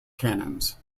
canons